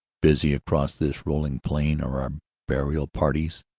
busy across this rolling plain are our burial parties